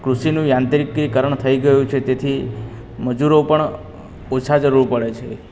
કૃષિનું યાંત્રીકીકરણ થઈ ગયું છે તેથી મજૂરો પણ ઓછા જરૂર પડે છે